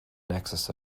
nexus